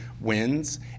wins